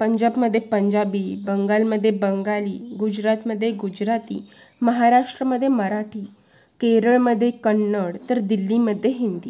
पंजाबमध्ये पंजाबी बंगालमध्ये बंगाली गुजरातमध्ये गुजराती महाराष्ट्रमध्ये मराठी केरळमध्ये कन्नड तर दिल्लीमध्ये हिंदी